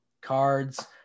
cards